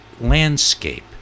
landscape